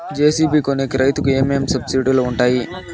JCB కొనేకి రైతుకు ఏమేమి సబ్సిడి లు వుంటాయి?